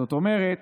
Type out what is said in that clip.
זאת אומרת,